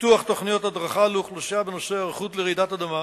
פיתוח תוכניות הדרכה לאוכלוסייה בנושא היערכות לרעידת אדמה,